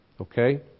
Okay